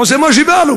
עושה מה שבא לו